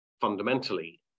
fundamentally